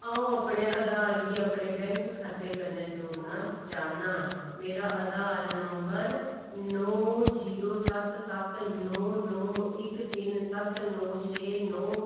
अ'ऊं अपने अधार गी अपने बैंक खाते कन्नै जोड़ना चाह्न्नां मेरा अधार नंबर नौ जीरो सत्त सत्त नौ नौ इक तिन्न सत्त नौ छे नौ